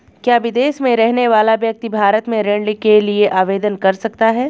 क्या विदेश में रहने वाला व्यक्ति भारत में ऋण के लिए आवेदन कर सकता है?